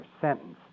sentence